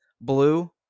blue